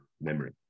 memory